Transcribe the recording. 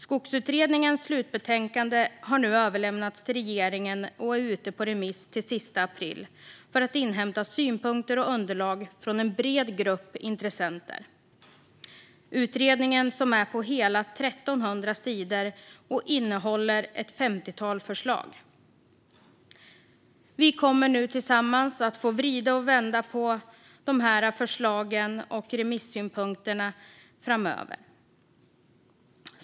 Skogsutredningens slutbetänkande har nu överlämnats till regeringen och är ute på remiss till den 30 april för att inhämta synpunkter och underlag från en bred grupp intressenter. Utredningen är på hela 1 300 sidor och innehåller ett femtiotal förslag. Vi kommer nu tillsammans att få vrida och vända på förslagen och remissynpunkterna.